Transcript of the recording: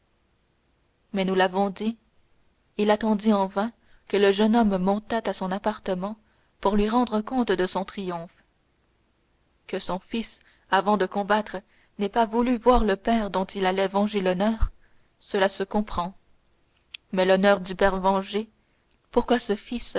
mais nous l'avons dit il attendit en vain que le jeune homme montât à son appartement pour lui rendre compte de son triomphe que son fils avant de combattre n'ait pas voulu voir le père dont il allait venger l'honneur cela se comprend mais l'honneur du père vengé pourquoi ce fils